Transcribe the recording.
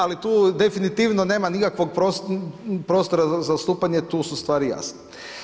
Ali tu definitivno nema nikakvog prostora za odstupanje, tu su stvari jasne.